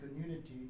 community